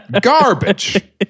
garbage